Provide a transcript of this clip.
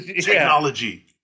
Technology